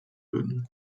würden